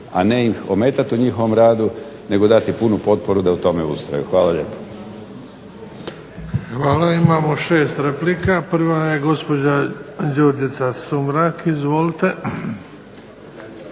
a ne ih ometati u njihovom radu, nego dati punu potporu da u tome ustraju. Hvala lijepo. **Bebić, Luka (HDZ)** Hvala imamo 6 replika. Prva je gospođa Đurđica Sumrak. Izvolite.